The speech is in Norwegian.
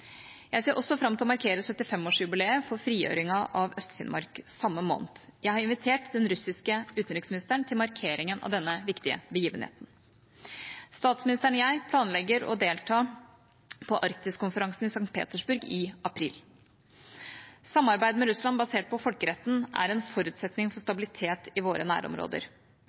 Jeg ser også fram til å markere 75-årsjubileet for frigjøringen av Øst-Finnmark samme måned. Jeg har invitert den russiske utenriksministeren til markeringen av denne viktige begivenheten. Statsministeren og jeg planlegger å delta på Arktis-konferansen i St. Petersburg i april. Samarbeid med Russland, basert på folkeretten, er en forutsetning for stabilitet i våre nærområder.